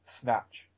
Snatch